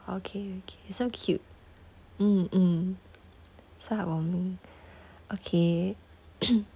okay okay so cute mm mm so heartwarming okay